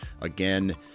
Again